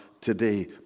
today